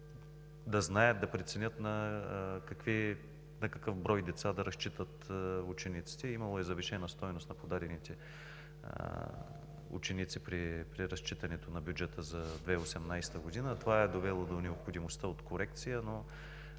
да знаят, да преценят на какъв брой деца да разчитат. Имало е завишена стойност на подадените ученици при разчитането на бюджета за 2018 г. Това е довело до необходимостта от корекция, но